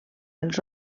els